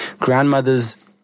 grandmother's